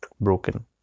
broken